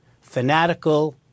fanatical